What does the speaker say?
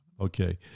Okay